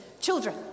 children